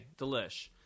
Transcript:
delish